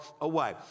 away